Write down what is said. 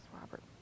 Robert